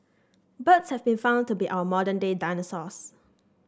birds have been found to be our modern day dinosaurs